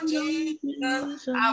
Jesus